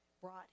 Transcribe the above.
brought